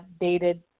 dated